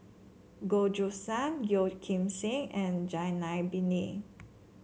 Goh Choo San Yeo Kim Seng and Zainal Abidin